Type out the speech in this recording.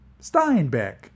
Steinbeck